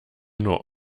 nur